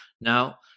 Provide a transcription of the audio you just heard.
Now